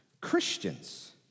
Christians